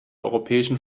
europäischen